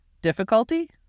difficulty